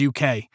UK